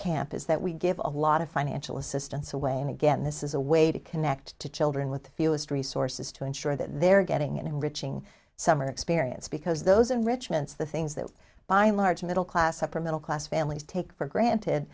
camp is that we give a lot of financial assistance away and again this is a way to connect to children with the fewest resources to ensure that they're getting an enriching summer experience because those enrichments the things that by and large middle class upper middle class families take for granted